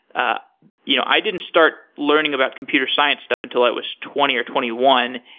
ah you know i didn't start learning about computer science stuff until i was twenty, or twenty one.